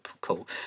cool